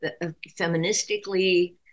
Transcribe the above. feministically